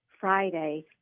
Friday